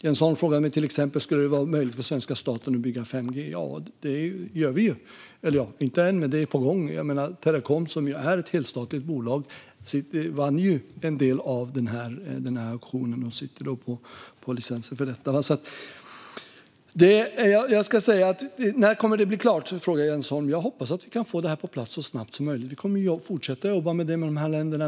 Jens Holm frågar till exempel om det skulle vara möjligt för svenska staten att bygga 5G. Ja, vi gör det ju inte än, men det är på gång. Teracom, som är ett helstatligt bolag, vann en del av den auktionen och sitter på licensen för det. Jens Holm frågar när det kommer att bli klart. Jag hoppas att vi kan få det på plats så snabbt som möjligt. Vi kommer att fortsätta jobba med det med de här länderna.